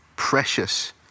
Precious